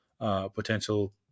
potential